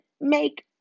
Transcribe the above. make